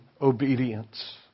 Obedience